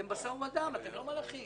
אתם בשר ודם, אתם לא מלאכים.